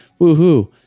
woohoo